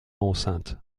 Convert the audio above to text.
enceinte